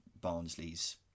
Barnsley's